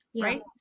right